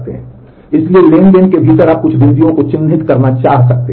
इसलिए ट्रांज़ैक्शन के भीतर आप कुछ बिंदुओं को चिह्नित करना चाह सकते हैं